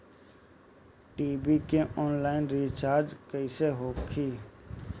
TV के online recharge कैसे होखी?